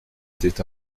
était